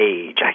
age